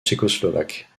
tchécoslovaques